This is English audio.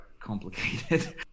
complicated